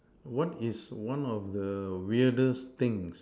what is one of the weirdest things